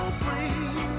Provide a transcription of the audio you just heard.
free